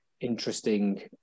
interesting